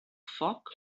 foc